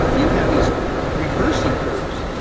you have these reversing curves,